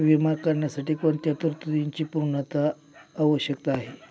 विमा काढण्यासाठी कोणत्या तरतूदींची पूर्णता आवश्यक आहे?